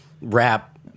rap